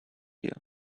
ear